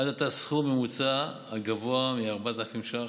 עד עתה סכום ממוצע הגבוה מ-4,000 ש"ח,